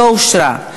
לא אושרה.